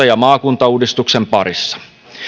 ja maakuntauudistuksen parissa